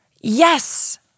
Yes